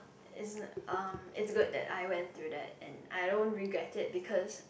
as in um it's good that I went through that and I don't regret it because